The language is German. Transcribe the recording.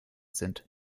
sind